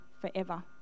forever